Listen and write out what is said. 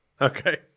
Okay